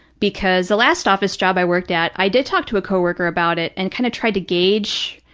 because the last office job i worked at, i did talk to a co-worker about it and kind of tried to gauge,